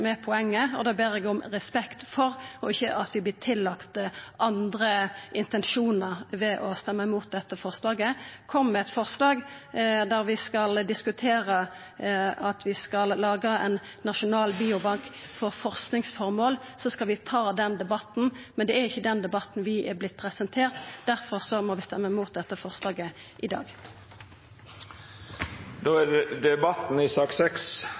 poenget, og det ber eg om respekt for, og at vi ikkje vert tillagde andre intensjonar når vi stemmer imot dette forslaget. Kom med eit forslag om å laga ein nasjonal biobank for forskingsformål, så skal vi ta den debatten. Men det er ikkje den debatten vi har vorte presenterte for, og difor må vi stemma imot dette forslaget i dag. Fleire har ikkje bedt om ordet til sak